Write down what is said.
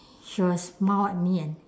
she will smile at me and